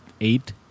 eight